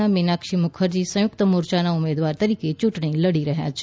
ના મીનાક્ષી મુખર્જી સંયુક્ત મોરચાના ઉમેદવાર તરીકે યૂંટણી લડી રહ્યા છે